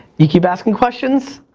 you keep asking questions,